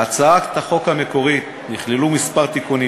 בהצעת החוק המקורית נכללו כמה תיקונים.